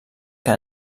que